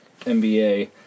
NBA